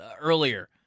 earlier